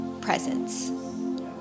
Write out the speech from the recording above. presence